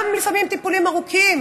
לפעמים גם טיפולים ארוכים